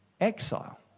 exile